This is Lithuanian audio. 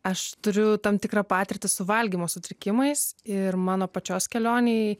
aš turiu tam tikrą patirtį su valgymo sutrikimais ir mano pačios kelionėj